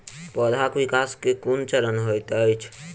पौधाक विकास केँ केँ कुन चरण हएत अछि?